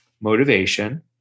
motivation